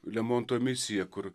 lemonto misija kur